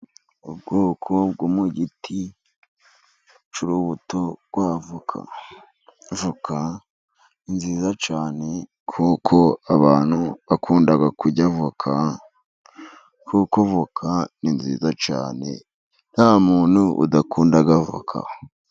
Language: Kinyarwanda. Ubwoko bwo mu giti cy'urubuto rw'avoka, avoka ni nziza cyane kuko abantu bakunda kurya avoka kuko avoka ni nziza cyane, nta muntu udakunda avoka.